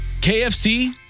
kfc